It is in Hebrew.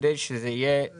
כדי שזה יהיה